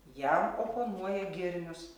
jam oponuoja girnius